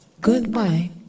Goodbye